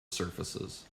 surfaces